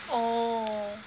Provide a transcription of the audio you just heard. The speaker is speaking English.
oh